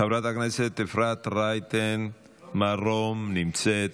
חברת הכנסת אפרת רייטן מרום נמצאת.